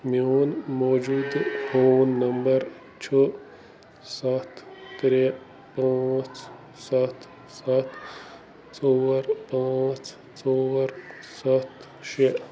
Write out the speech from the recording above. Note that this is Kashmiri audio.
میٛون موٗجوٗدٕ فون نمبر چھُ سَتھ ترٛےٚ پانٛژھ سَتھ سَتھ ژور پانٛژھ ژور سَتھ شےٚ